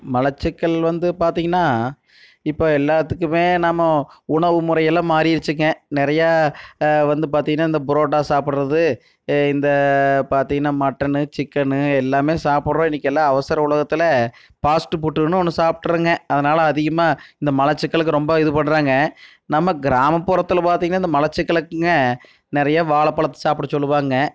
மலச்சிக்கல் வந்து பார்த்தீங்கன்னா இப்போ எல்லாத்துக்குமே நம்ம உணவு முறை எல்லாம் மாறிடுச்சுங்க நிறையா வந்து பார்த்தீங்கன்னா இந்த புரோட்டா சாப்புடுறது இந்த பார்த்தீங்கன்னா மட்டனு சிக்கனு எல்லாமே சாப்புடுறோம் இன்றைக்கி எல்லாம் அவசர உலகத்தில் பாஸ்ட் ஃபுட்டுனு ஒன்று சாப்பிட்றோங்க அதனால் அதிகமாக இந்த மலச்சிக்கலுக்கு ரொம்ப இது படுறாங்க நம்ம கிராமப்புறத்தில் பார்த்தீங்கன்னா இந்த மலச்சிக்கலுக்குங்க நிறையா வாழப்பழத்தை சாப்பிட சொல்லுவாங்க